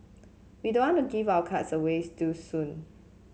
we don't want to give our cards away too soon